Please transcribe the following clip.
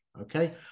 okay